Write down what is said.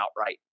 outright